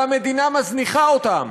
המדינה מזניחה אותם.